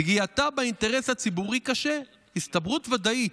"פגיעתה באינטרס הציבורי קשה, הסתברותה ודאית.